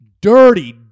dirty